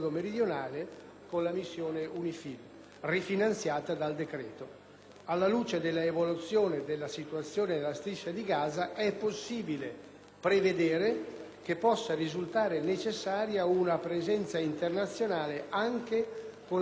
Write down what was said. Alla luce dell'evoluzione della situazione nella Striscia di Gaza, è possibile prevedere che possa risultare necessaria una presenza internazionale, anche con la partecipazione dell'Italia per garantire il mantenimento del cessate il fuoco